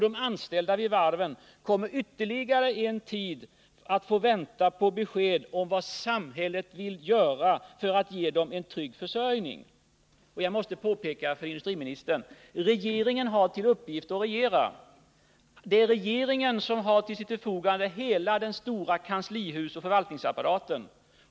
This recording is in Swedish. De anställda vid varven kommer ytterligare en tid att få vänta på besked om vad samhället vill göra för att ge dem en trygg försörjning. Jag måste påpeka för industriministern: Regeringen har till uppgift att regera. Det är regeringen som till sitt förfogande har hela den stora kanslihusoch förvaltningsapparaten.